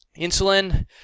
Insulin